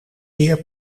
zeer